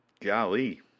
Golly